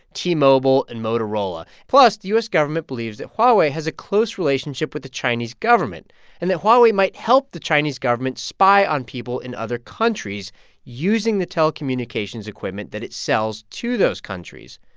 t-mobile and motorola. plus, the u s. government believes that huawei has a close relationship with the chinese government and that huawei might help the chinese government spy on people in other countries using the telecommunications equipment that it sells to those countries,